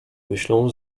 myślą